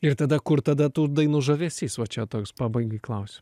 ir tada kur tada tų dainų žavesys va čia toks pabaigai klausi